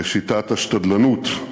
שיטת השתדלנות,